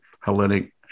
Hellenic